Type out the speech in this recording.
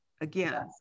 again